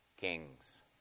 kings